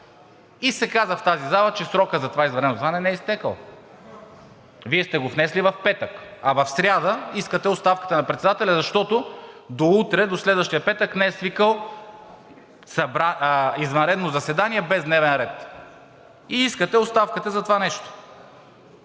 И се каза в тази зала, че срокът за това извънредно заседание не е изтекъл. Вие сте го внесли в петък, а в сряда искате оставката на председателя, защото до утре, до следващия петък не е свикал извънредно заседание без дневен ред. И искате оставката за това нещо!